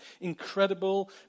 incredible